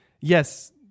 yes